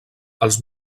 els